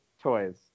toys